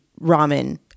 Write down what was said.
ramen